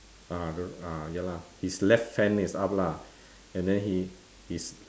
ah the ah ya lah his left hand is up lah and then he his